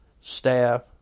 staff